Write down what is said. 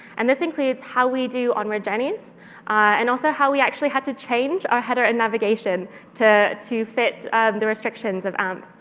and this includes how we do onward journeys and also how we actually had to change our header and navigation to to fit the restrictions of amp.